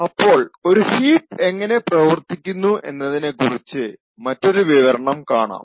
അപ്പോൾ ഒരു ഹീപ്പ് എങ്ങനെ പ്രവർത്തിക്കുന്നു എന്നതിനെ കുറിച്ചു മറ്റൊരു വിവരണം കാണാം